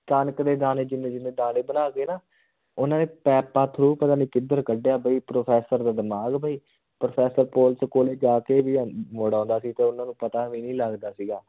ਕਣਕ ਦੇ ਦਾਣੇ ਜਿੰਨੇ ਜਿੰਨੇ ਦਾਣੇ ਬਣਾ ਕੇ ਨਾ ਉਹਨਾਂ ਨੇ ਪਇਪਾਂ ਥ੍ਰੂ ਪਤਾ ਨਹੀਂ ਕਿੱਧਰ ਕੱਢਿਆ ਬਈ ਪ੍ਰੋਫੈਸਰ ਦਾ ਦਿਮਾਗ ਬਈ ਪ੍ਰੋਫੈਸਰ ਕੋਲਜ ਕੋਲ ਜਾ ਕੇ ਵੀ ਐਂ ਮੁੜ ਆਉਂਦਾ ਸੀ ਅਤੇ ਉਹਨਾਂ ਨੂੰ ਪਤਾ ਵੀ ਨਹੀਂ ਲੱਗਦਾ ਸੀਗਾ